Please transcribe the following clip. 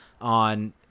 on